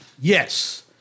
Yes